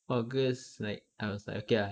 august like I was like okay ah